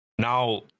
Now